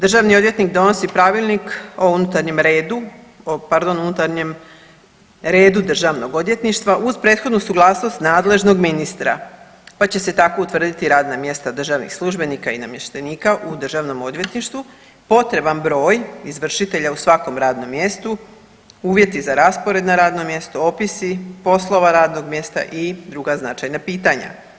Državni odvjetnik donosi pravilnik o unutarnjem redu Državnog odvjetništva uz prethodnu suglasnost nadležnog ministra, pa će tako utvrditi radna mjesta državnih službenika i namještenika u državnom odvjetništvu, potreban broj izvršitelja u svakom radnom mjestu, uvjeti za raspored na rado mjesto, opisi poslova radnog mjesta i druga značajna pitanja.